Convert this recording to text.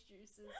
juices